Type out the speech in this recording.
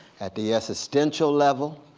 at the existential level,